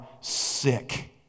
sick